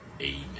Amen